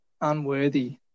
unworthy